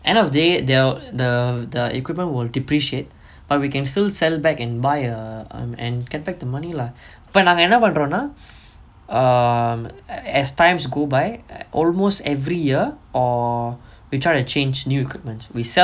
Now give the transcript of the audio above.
end of the day their the the equipment will depreciate but we can still sell back and buy err um and get back the money lah but நம்ம என்ன பண்றோனா:namma enna pandronaa err as times go by almost every year or we try to change new equipment we sell the old one buy a new one so we are keeping in trend and also err maintain the value of the product